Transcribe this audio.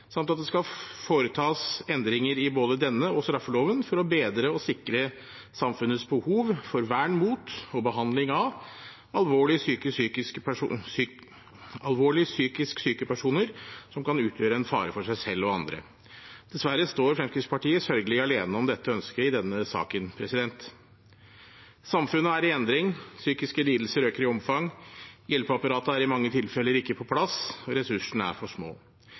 samt at det skal foretas endringer i både denne og straffeloven for bedre å sikre samfunnets behov for vern mot – og behandling av – alvorlig psykisk syke personer som kan utgjøre en fare for seg selv og andre. Dessverre står Fremskrittspartiet sørgelig alene om dette ønsket i denne saken. Samfunnet er i endring, psykiske lidelser øker i omfang, hjelpeapparatet er i mange tilfeller ikke på plass, og ressursene er for små.